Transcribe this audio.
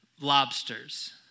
lobsters